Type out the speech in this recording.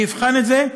אני אבחן את זה,